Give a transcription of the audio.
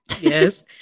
yes